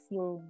Yung